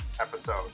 episode